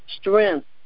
strength